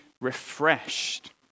refreshed